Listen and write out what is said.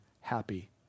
happy